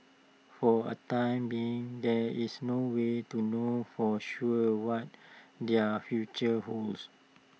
for A time being there is no way to know for sure what their future holds